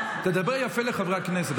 תדבר יפה לחברי הכנסת,